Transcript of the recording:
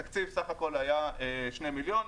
התקציב סך הכול היה שני מיליון.